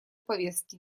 повестки